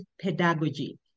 pedagogy